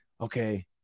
Okay